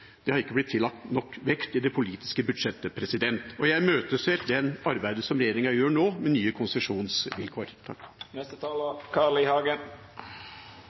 Det er ikke blitt tillagt nok vekt i det politiske budsjettet, og jeg imøteser det arbeidet som regjeringa gjør nå med nye konsesjonsvilkår. Jeg så på tv i